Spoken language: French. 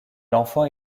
l’enfant